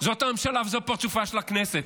זאת הממשלה וזה פרצופה של הכנסת.